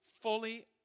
fully